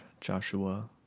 Joshua